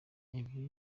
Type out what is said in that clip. ibi